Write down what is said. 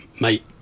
mate